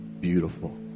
beautiful